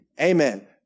Amen